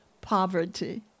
poverty